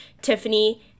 Tiffany